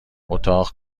اتاق